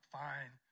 fine